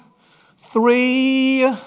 three